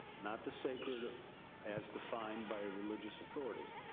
not the sacred ah as defined by a religious authority.